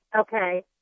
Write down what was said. Okay